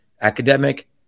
academic